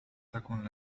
تكن